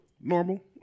normal